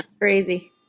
Crazy